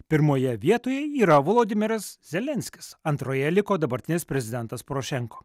pirmoje vietoj yra vladimiras zelenskis antroje liko dabartinis prezidentas porošenko